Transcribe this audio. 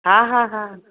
हा हा हा